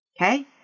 Okay